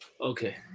okay